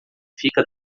fica